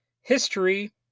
history